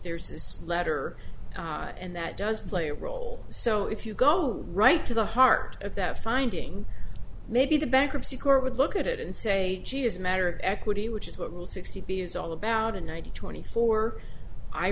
there's this letter and that does play a role so if you go right to the heart of that finding maybe the bankruptcy court would look at it and say she is a matter of equity which is what will sixty be is all about a nine hundred twenty four i